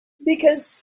because